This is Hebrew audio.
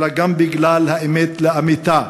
אלא גם בגלל האמת לאמיתה,